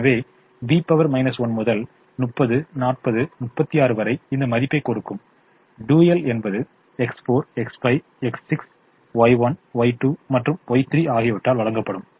எனவே B 1 முதல் 30 40 36 வரை இந்த மதிப்பைக் கொடுக்கும் டூயல் என்பது X4 X5 X6 Y1 Y2 மற்றும் Y3 ஆகியவற்றால் வழங்கப்படும்